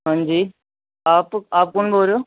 हांजी